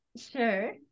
Sure